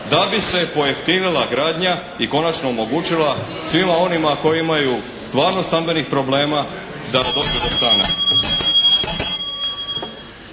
da bi se pojeftinila gradnja i konačno omogućila svima onima koji imaju stvarno stambenih problema …/Zbog